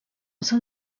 son